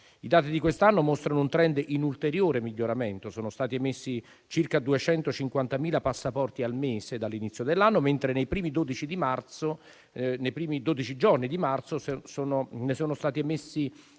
I dati di quest'anno mostrano un *trend* in ulteriore miglioramento: sono stati emessi circa 250.000 passaporti al mese dall'inizio dell'anno, mentre nei primi dodici giorni di marzo ne sono stati emessi